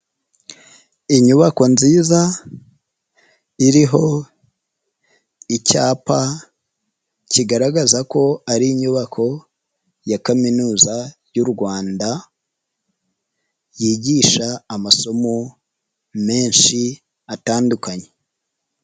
Inyubako nziza iriho icyapa kigaragaza ko ari inyubako ya Kaminuza y'u Rwanda yigisha amasomo menshi atandukanye.